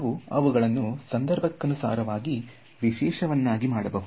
ನಾವು ಅವುಗಳನ್ನು ಸಂದರ್ಭಕ್ಕನುಸಾರವಾಗಿ ವಿಶೇಷ ವನ್ನಾಗಿ ಮಾಡಬಹುದು